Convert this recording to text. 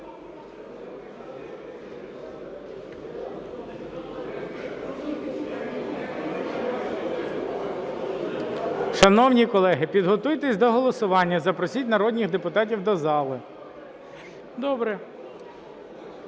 Шановні колеги, підготуйтеся до голосування, запросіть народних депутатів до зали. Ставлю